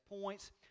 points